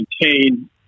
maintain